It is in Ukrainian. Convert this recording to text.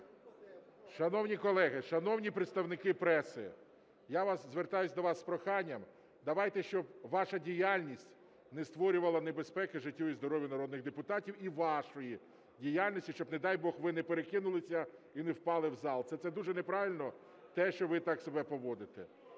Шановні колеги, шановні представники преси! Я звертаюсь до вас з проханням, давайте, щоб ваша діяльність не створювала небезпеки життю і здоров'ю народних депутатів, і вашої діяльності, щоб не дай бог ви не перекинулися і не впали в зал. Це дуже неправильно те, що ви так себе поводите.